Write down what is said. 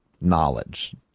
knowledge